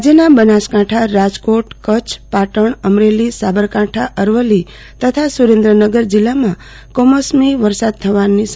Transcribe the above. રાજ્યના બનાસકાંઠા રાજકોટ કચ્છ પાટણ અમરેલી સાબરકાંઠા અરવલ્લી તથા સુરેન્દ્રનગર જિલ્લામાં કમોસમી વરસાદ થવાની સંભાવના છે